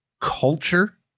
culture